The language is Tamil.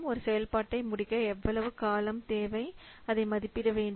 ஒரு செயல்பாட்டை முடிக்க எவ்வளவு காலம் தேவை அதை மதிப்பிட வேண்டும்